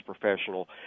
professional